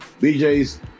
BJ's